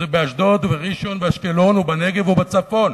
זה באשדוד, בראשון, באשקלון, בנגב ובצפון.